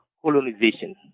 Colonization